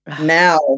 Now